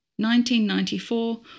1994